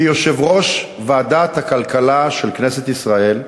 כיושב-ראש ועדת הכלכלה של כנסת ישראל,